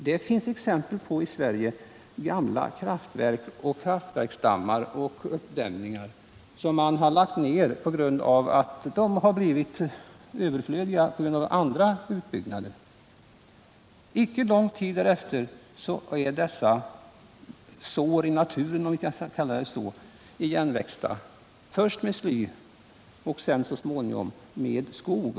Det finns exempel i Sverige på att icke lång tid efter att kraftverk, kraftverksdammar och uppdämningar på grund av att de blivit överflödiga genom andra utbyggnader lagts ner, så är dessa sår i naturen — om vi nu skall kalla det sår — igenväxta först med sly och så småningom med skog.